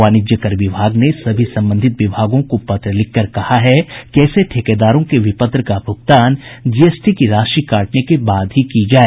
वाणिज्य कर विभाग ने संबंधित विभागों को पत्र लिखकर कहा है कि ऐसे ठेकेदारों के विपत्र का भूगतान जीएसटी की राशि काटने के बाद ही करें